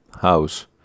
house